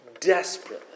desperately